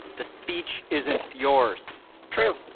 the speech isn't yours true.